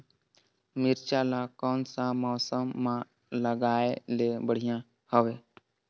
मिरचा ला कोन सा मौसम मां लगाय ले बढ़िया हवे